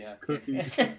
Cookies